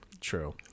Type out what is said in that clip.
true